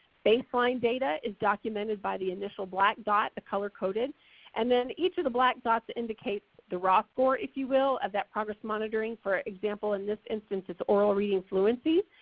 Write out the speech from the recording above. baseline data is documented by the initial black dot, color coded and then each of the black dots indicates the raw score if you will of that progress monitoring, for example, in this instance it's oral reading fluency.